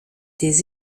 des